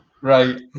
Right